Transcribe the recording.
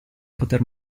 poter